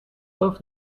both